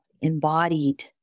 embodied